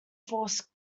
force